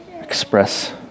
express